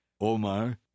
Omar